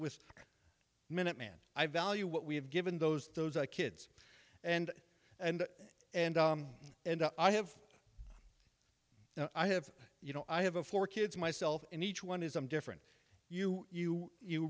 with minute man i value what we have given those those kids and and and and i have i have you know i have a four kids myself and each one is i'm different you you you